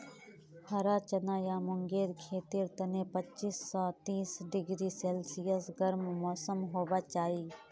हरा चना या मूंगेर खेतीर तने पच्चीस स तीस डिग्री सेल्सियस गर्म मौसम होबा चाई